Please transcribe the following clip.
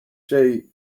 shade